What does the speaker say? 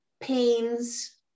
pains